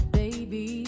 baby